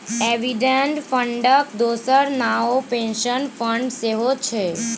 provident फंडक दोसर नाओ पेंशन फंड सेहौ छै